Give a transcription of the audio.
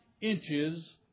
inches